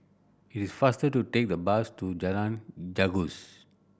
it is faster to take the bus to Jalan Gajus